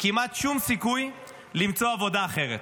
כמעט שום סיכוי למצוא עבודה אחרת.